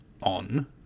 on